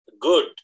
good